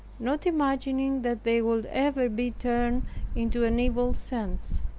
not imagining that they would ever be turned into an evil sense.